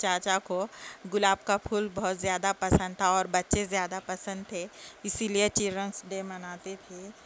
چاچا کو گلاب کا پھول بہت زیادہ پسند تھا اور بچے زیادہ پسند تھے اسی لیے چلڈرنس ڈے مناتے تھے